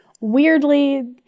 weirdly